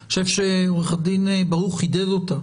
אני חושב שעורך הדין ברוך חידד אותה.